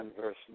verse